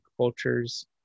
cultures